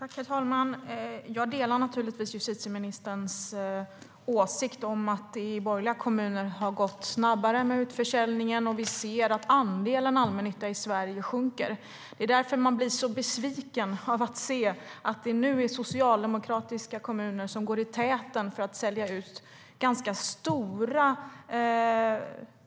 Herr talman! Jag delar naturligtvis justitieministerns åsikt att det i borgerliga kommuner har gått snabbare med utförsäljningen. Vi ser att andelen allmännytta i Sverige sjunker. Det är därför man blir så besviken av att se att det nu är socialdemokratiska kommuner som går i täten för att sälja ut ett